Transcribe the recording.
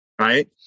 right